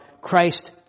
Christ